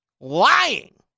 Lying